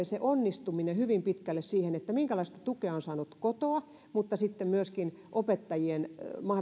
se onnistuminenhan korreloi hyvin pitkälle siihen minkälaista tukea on saanut kotoa mutta sitten myöskin opettajien